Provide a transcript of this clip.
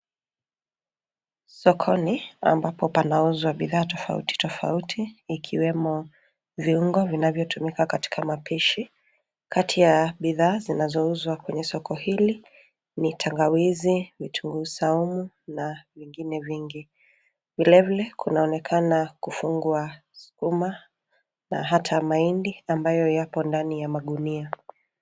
Sokoni ambapo panauzwa bidhaa tofauti tofauti ikiwemo viungo vinavyotumika katika mapishi kati ya bidhaa zinazouzwa kwenye soko hili ni tangawizi, vitunguu saumu na vingine vingi vile vile kunaonekana kufungwa sukuma na hata mahindi ambayo yapo ndani ya magunia.